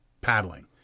paddling